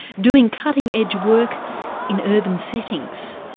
doing cutting edge work in urban settings.